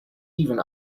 even